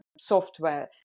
software